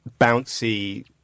bouncy